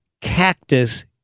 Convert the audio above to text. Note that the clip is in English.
cactus